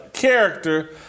Character